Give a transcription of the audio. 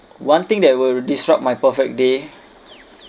one thing that will disrupt my perfect day